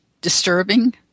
disturbing